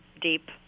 deep